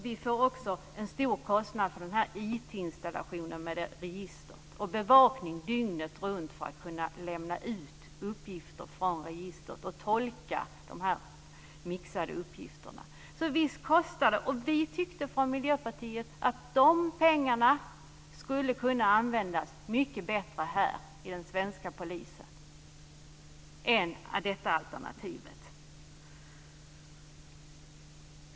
Vi får också en stor kostnad för IT-installationen för register och bevakningen dygnet runt för att kunna lämna ut uppgifter från registret och tolka de mixade uppgifterna. Visst kostar det. Vi tyckte från Miljöpartiet att de pengarna skulle kunna användas mycket bättre här inom den svenska polisen än i detta alternativ.